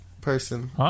person